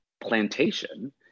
plantation